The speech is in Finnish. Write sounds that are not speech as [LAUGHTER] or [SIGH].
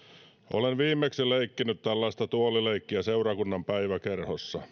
olen viimeksi leikkinyt tällaista tuolileikkiä seurakunnan päiväkerhossa [UNINTELLIGIBLE]